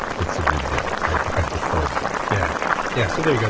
it's a good day. i prefer that yeah yeah so there you go.